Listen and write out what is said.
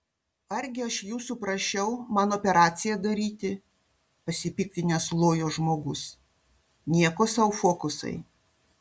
argi aš jūsų prašiau man operaciją daryti pasipiktinęs lojo žmogus nieko sau fokusai